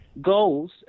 goals